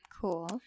Cool